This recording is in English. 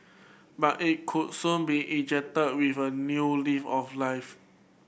but it could soon be injected with a new lift of life